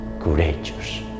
courageous